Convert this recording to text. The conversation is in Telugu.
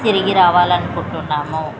తిరిగి రావాలని అనుకుంటున్నాము